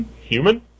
human